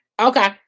Okay